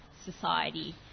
Society